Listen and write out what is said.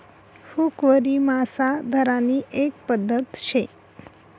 हुकवरी मासा धरानी एक पध्दत शे